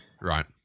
Right